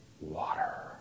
water